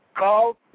Call